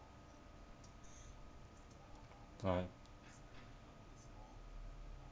all right